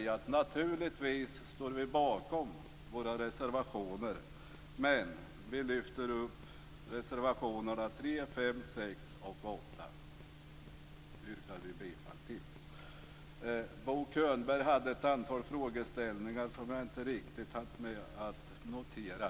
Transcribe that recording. Vi står naturligtvis bakom våra reservationer, men jag lyfter upp och yrkar bifall till reservationerna 3, 5, 6 Bo Könberg hade ett antal frågeställningar som jag inte riktigt hann med att notera.